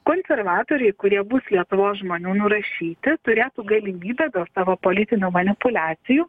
konservatoriai kurie bus lietuvos žmonių nurašyti turėtų galimybę dėl savo politinių manipuliacijų